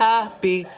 Happy